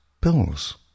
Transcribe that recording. bills